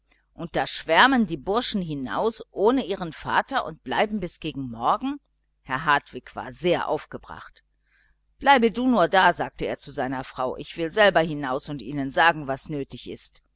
und da schwärmen die buben hinaus ohne ihren vater und bleiben bis gegen morgen herr hartwig war sehr aufgebracht bleibe du nur da sagte er zu seiner frau ich will selbst hinaus und ihnen sagen was nötig ist